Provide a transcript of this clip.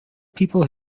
people